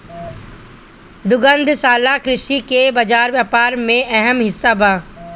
दुग्धशाला कृषि के बाजार व्यापार में अहम हिस्सा बा